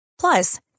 Plus